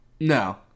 No